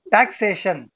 Taxation